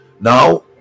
now